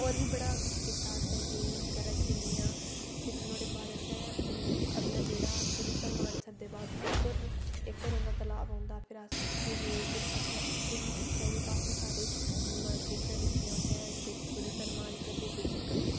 होर बी बड़ा किश कीता असें गेम बगैरा खेलियां फिर नुआढ़े बाद असें अगला सरूईंसर मानसर दे बाद इक होर इक होर आंदा तलाब आंदा फिर अस उत्थै गे बी दिक्खेआ कि काफी सारे चीजां दिक्खियां असें बिच सरूईंसर मानसर दे बिच इक